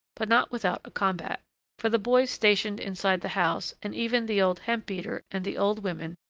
but not without a combat for the boys stationed inside the house, and even the old hemp-beater and the old women,